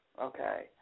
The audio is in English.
Okay